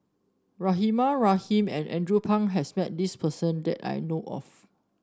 Rahimah Rahim and Andrew Phang has met this person that I know of